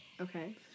Okay